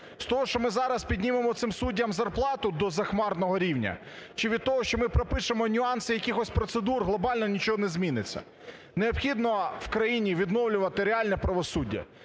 З того, що ми зараз піднімемо цим суддям зарплату до захмарного рівня чи від того, що ми пропишемо нюанси якихось процедур, глобально нічого не зміниться. Необхідно в країні відновлювати реальне правосуддя,